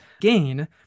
gain